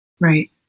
Right